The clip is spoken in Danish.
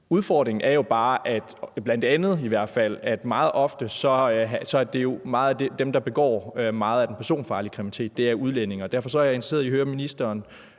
Udfordringen er jo bare – bl.a. i hvert fald – at meget ofte er mange af dem, der begår den personfarlige kriminalitet, udlændinge. Derfor er jeg interesseret i at høre ministerens